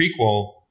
prequel